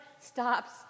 stops